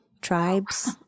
tribes